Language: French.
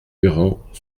durand